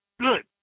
good